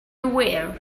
aware